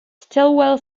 stillwell